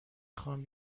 خوام